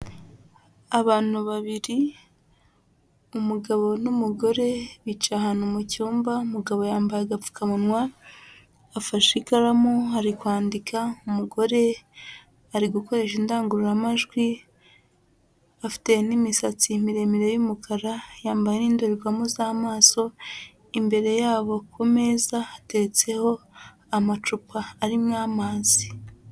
Abantu babiri, umugabo n'umugore bicaye ahantu mu cyumba, umugabo yambaye agapfukamunwa, afashe ikaramu ari kwandika, umugore ari gukoresha indangururamajwi, afite n'imisatsi miremire y'umukara, yambaye n'indorerwamo z'amaso, imbere yabo ku meza hateretseho amacupa arimo amazi.